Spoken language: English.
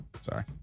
Sorry